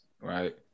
Right